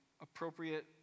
appropriate